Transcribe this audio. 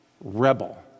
rebel